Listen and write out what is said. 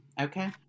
Okay